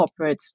corporates